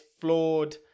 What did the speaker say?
flawed